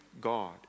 God